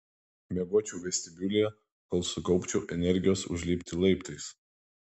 miegočiau vestibiulyje kol sukaupčiau energijos užlipti laiptais